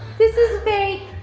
this is fake.